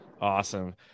Awesome